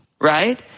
right